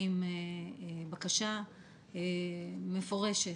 עם בקשה מפורשת,